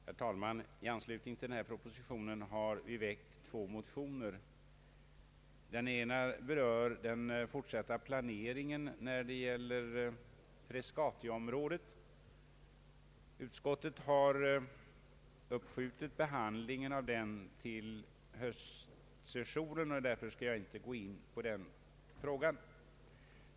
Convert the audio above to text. Herr talman! I anslutning till propositionen nr 76 har vi väckt två motioner. Den ena berör den fortsatta planeringen när det gäller Frescatiområdet. Utskottet har uppskjutit behandlingen av denna motion till höstsessionen, och därför skall jag inte gå in på den frågan.